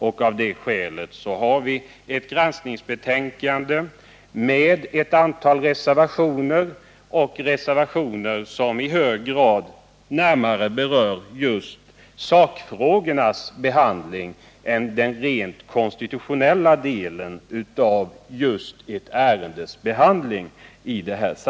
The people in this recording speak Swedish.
Därför har vi nu att ta ställning till ett granskningsbetänkande med ett antal reservationer, som i stor utsträckning snarare går in på sakfrågorna än den rent konstitutionella aspekten av ärendenas behandling.